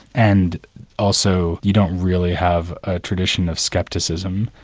and also, you don't really have a tradition of scepticism,